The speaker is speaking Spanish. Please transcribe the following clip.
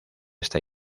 esta